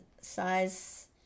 size